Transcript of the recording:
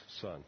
son